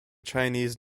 chinese